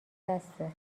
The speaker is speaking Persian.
بسه